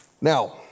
Now